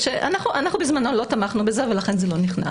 אנחנו בזמנו לא תמכנו בזה, ולכן זה לא נכנס.